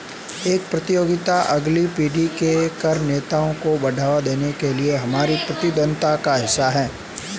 कर प्रतियोगिता अगली पीढ़ी के कर नेताओं को बढ़ावा देने के लिए हमारी प्रतिबद्धता का हिस्सा है